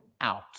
out